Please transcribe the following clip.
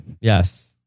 Yes